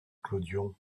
clodion